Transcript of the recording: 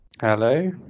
Hello